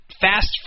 Fast